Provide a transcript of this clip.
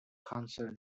concern